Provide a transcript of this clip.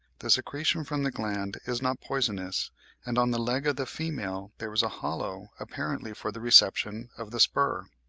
the secretion from the gland is not poisonous and on the leg of the female there is a hollow, apparently for the reception of the spur.